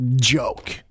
joke